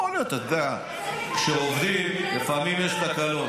יכול להיות, אתה יודע שכשעובדים, לפעמים יש תקלות.